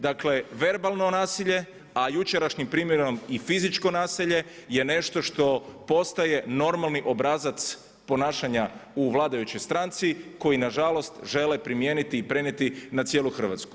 Dakle verbalno nasilje, a jučerašnjim primjerom i fizičko nasilje je nešto što postaje normalni obrazac ponašanja u vladajućoj stranci koji nažalost žele primijeniti i prenijeti na cijelu Hrvatsku.